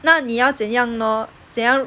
那你要怎样呢怎样